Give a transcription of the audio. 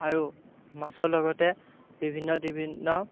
আৰু মাছৰ লগতে বিভিন্ন বিভিন্ন